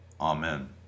Amen